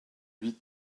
huit